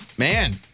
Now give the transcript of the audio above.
Man